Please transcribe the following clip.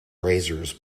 razors